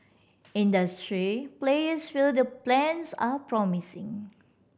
industry players feel the plans are promising